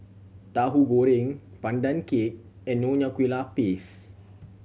Tahu Goreng Pandan Cake and Nonya Kueh Lapis